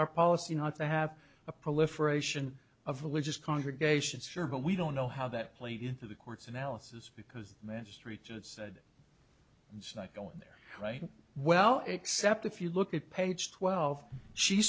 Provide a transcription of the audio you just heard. our policy not to have a proliferation of religious congregations here but we don't know how that played into the court's analysis because the ministry just said it's not going there right well except if you look at page twelve she